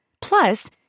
Plus